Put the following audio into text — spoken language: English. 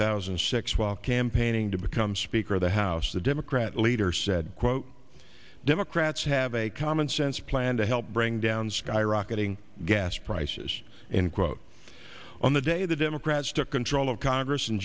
thousand and six while campaigning to become speaker of the house the democrat leader said quote democrats have a commonsense plan to help bring down skyrocketing gas prices and quote on the day the democrats took control of congress in